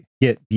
get